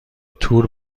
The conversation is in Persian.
تور